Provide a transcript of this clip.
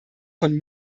von